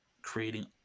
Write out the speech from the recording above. Creating